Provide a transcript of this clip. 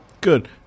Good